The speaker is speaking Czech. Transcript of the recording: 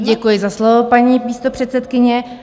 Děkuji za slovo, paní místopředsedkyně.